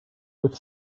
with